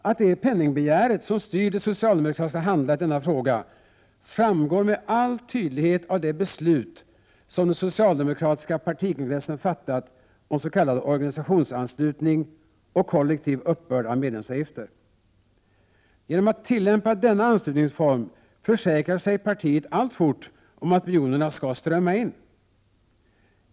Att det är penningbegäret som styr det socialdemokratiska handlandet i denna fråga framgår med all tydlighet av det beslut som den socialdemokratiska partikongressen fattat om s.k. organisationsanslutning och kollektiv uppbörd av medlemsavgifter. Genom att tillämpa denna anslutningsform försäkrar sig partiet alltfort om att miljonerna skall strömma in.